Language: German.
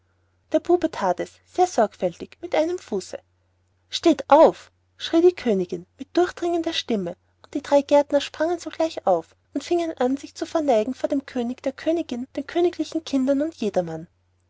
der bube that es sehr sorgfältig mit einem fuße steht auf schrie die königin mit durchdringender stimme und die drei gärtner sprangen sogleich auf und fingen an sich zu verneigen vor dem könig der königin den königlichen kindern und jedermann